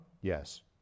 Yes